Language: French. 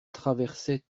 traversait